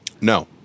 No